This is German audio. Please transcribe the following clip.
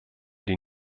die